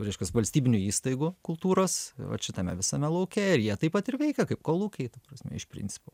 reiškias valstybinių įstaigų kultūros vat šitame visame lauke ir jie taip pat ir veikia kaip kolūkiai ta prasme iš principo